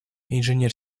инженер